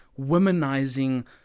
womanizing